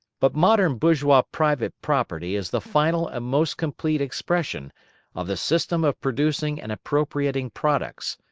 but modern bourgeois private property is the final and most complete expression of the system of producing and appropriating products,